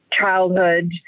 childhood